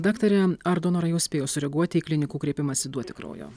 daktare ar donorai jau spėjo sureaguoti į klinikų kreipimąsi duoti kraujo